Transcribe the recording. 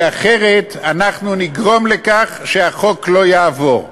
כי אחרת אנחנו נגרום לכך שהחוק לא יעבור.